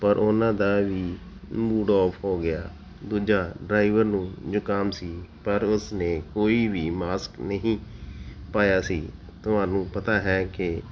ਪਰ ਉਹਨਾਂ ਦਾ ਵੀ ਮੂਡ ਅੋਫ ਹੋ ਗਿਆ ਦੂਜਾ ਡਰਾਇਵਰ ਨੂੰ ਜੁਕਾਮ ਸੀ ਪਰ ਉਸਨੇ ਕੋਈ ਵੀ ਮਾਸਕ ਨਹੀਂ ਪਾਇਆ ਸੀ ਤੁਹਾਨੂੰ ਪਤਾ ਹੈ ਕਿ